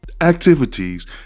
activities